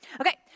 Okay